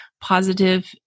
positive